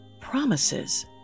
Promises